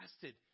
fasted